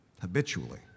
Habitually